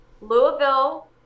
Louisville